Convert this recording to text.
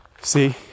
See